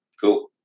Cool